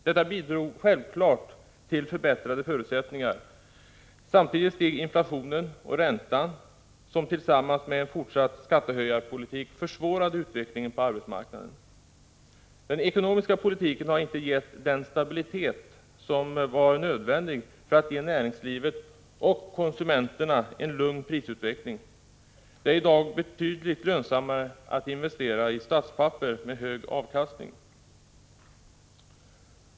Detta bidrog självfallet till förbättrade förutsättningar. Samtidigt steg inflationen och räntan, vilket tillsammans med en fortsatt skattehöjarpolitik försvårade utvecklingen på arbetsmarknaden. Den ekonomiska politiken har inte skapat den stabilitet som var nödvändig för att ge näringslivet och konsumenterna en lugn prisutveckling. Det är i dag betydligt lönsammare att investera i statspapper med hög avkastning.